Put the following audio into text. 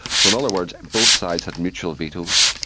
so in other words, both sides had mutual vetoes.